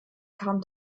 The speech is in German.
kam